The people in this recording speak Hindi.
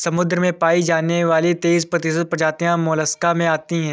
समुद्र में पाई जाने वाली तेइस प्रतिशत प्रजातियां मोलस्क में आती है